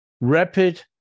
rapid